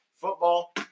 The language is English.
football